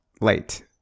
late